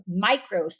micro